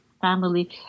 family